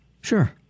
Sure